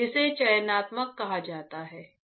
जिसे चयनात्मकता कहा जाता है